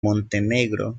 montenegro